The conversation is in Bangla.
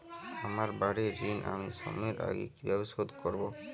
আমার বাড়ীর ঋণ আমি সময়ের আগেই কিভাবে শোধ করবো?